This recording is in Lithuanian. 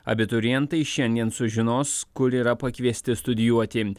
abiturientai šiandien sužinos kur yra pakviesti studijuoti